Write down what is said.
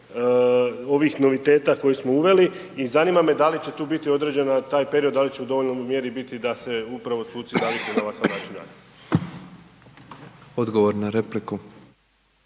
ovih noviteta koje smo uveli i zanima me da li će tu biti određeno, taj period, da li će u dovoljnoj mjeri biti da se upravo suci naviknu na ovakav način rada. **Petrov,